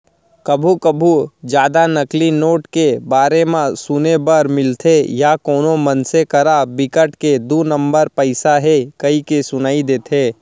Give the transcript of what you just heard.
कभू कभू जादा नकली नोट के बारे म सुने बर मिलथे या कोनो मनसे करा बिकट के दू नंबर पइसा हे कहिके सुनई देथे